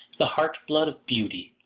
the heart-blood of beauty,